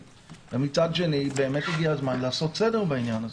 ומצד שני הגיע הזמן לעשות סדר בעניין הזה.